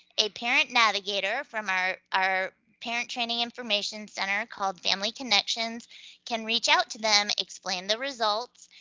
a parent navigator from our our parent training information center called family connections can reach out to them, explain the results,